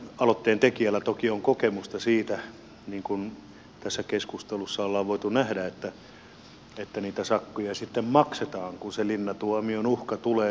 aloitteen tekijällä toki on kokemusta siitä niin kuin tässä keskustelussa ollaan voitu nähdä että niitä sakkoja sitten maksetaan kun se linnatuomion uhka tulee todelliseksi